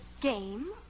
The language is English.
Game